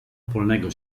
polnego